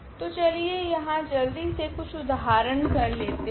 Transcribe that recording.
तो चलिए यहाँ जल्दी से कुछ उदाहरण कर लेते है